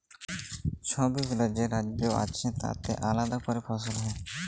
ছবগুলা যে রাজ্য আছে তাতে আলেদা ক্যরে ফসল হ্যয়